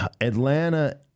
Atlanta